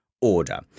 order